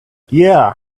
yeah